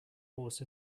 horse